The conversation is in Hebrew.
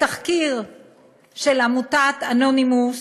בתחקיר של עמותת "אנונימוס"